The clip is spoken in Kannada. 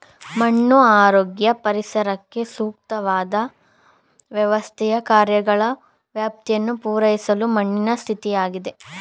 ಮಣ್ಣು ಆರೋಗ್ಯ ಪರಿಸರಕ್ಕೆ ಸೂಕ್ತವಾದ್ ವ್ಯವಸ್ಥೆಯ ಕಾರ್ಯಗಳ ವ್ಯಾಪ್ತಿಯನ್ನು ಪೂರೈಸುವ ಮಣ್ಣಿನ ಸ್ಥಿತಿಯಾಗಿದೆ